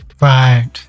Right